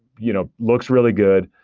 you know looks really good,